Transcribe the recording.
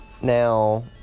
Now